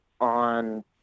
on